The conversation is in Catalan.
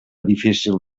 difícil